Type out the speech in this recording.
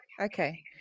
okay